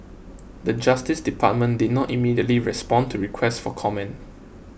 the Justice Department did not immediately respond to request for comment